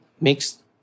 mixed